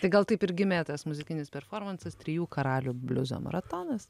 tai gal taip ir gimė tas muzikinis performansas trijų karalių bliuzo maratonas